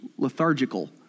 Lethargical